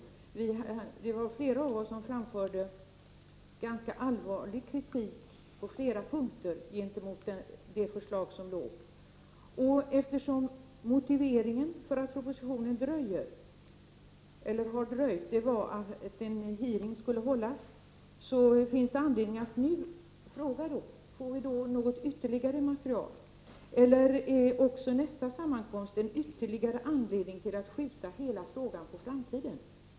Det var flera av oss ledamöter i utskottet som framförde ganska allvarlig kritik på flera punkter mot det förslag som var framlagt. Eftersom motiveringen till varför propositionen har dröjt är att en utfrågning skulle hållas, finns det anledning att nu ställa frågan: Får vi något ytterligare material, eller är också nästa sammankomst ännu en anledning att skjuta hela frågan på framtiden?